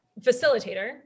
facilitator